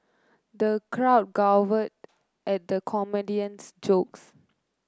the crowd guffawed at the comedian's jokes